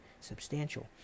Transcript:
substantial